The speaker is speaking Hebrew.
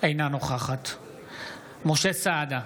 אינה נוכחת משה סעדה,